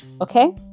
okay